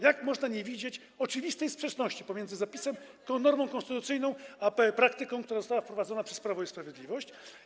Jak można nie widzieć oczywistej sprzeczności pomiędzy zapisem, tą normą konstytucyjną a praktyką, która została wprowadzona przez Prawo i Sprawiedliwość?